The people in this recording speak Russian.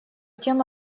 тем